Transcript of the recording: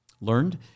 learned